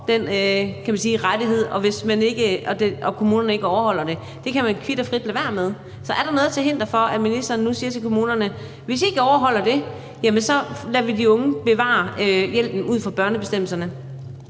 den rettighed, fordi kommunerne ikke overholder det. Det kan de kvit og frit lade være med. Så er der noget til hinder for, at ministeren nu siger til kommunerne, at hvis ikke I overholder det, jamen så lader vi de unge bevare hjælpen ud fra børnebestemmelserne?